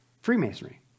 Freemasonry